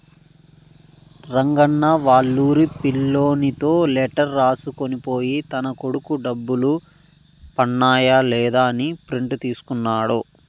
రంగన్న వాళ్లూరి పిల్లోనితో లెటర్ రాసుకొని పోయి తన కొడుకు డబ్బులు పన్నాయ లేదా అని ప్రింట్ తీసుకున్నాడు